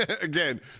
Again